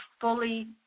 fully